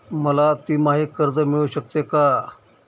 मला तिमाही कर्ज मिळू शकते का?